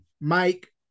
mike